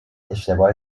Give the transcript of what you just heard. اشتباه